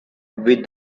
with